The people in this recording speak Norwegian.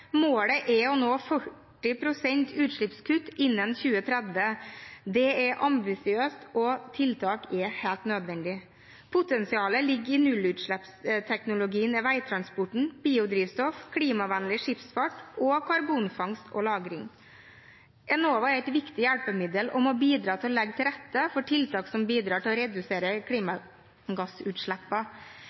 Målet er å nå 40 pst. utslippskutt innen 2030. Det er ambisiøst, og tiltak er helt nødvendig. Potensialet ligger i nullutslippsteknologien i veitransport, biodrivstoff, klimavennlig skipsfart og karbonfangst og -lagring. Enova er et viktig hjelpemiddel for å legge til rette for tiltak som bidrar til å redusere